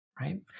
Right